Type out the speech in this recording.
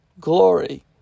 glory